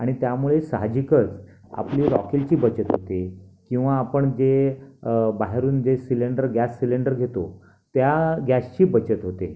आणि त्यामुळे साहजिकच आपली रॉकेलची बचत होते किंवा आपण जे बाहेरून जे सिलेंडर गॅस सिलेंडर घेतो त्या गॅसची बचत होते